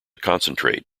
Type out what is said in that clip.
concentrate